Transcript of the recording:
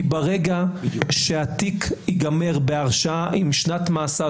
כי ברגע שהתיק יגמר בהרשעה עם שנת מאסר,